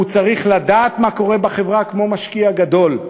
הוא צריך לדעת מה קורה בחברה כמו משקיע גדול,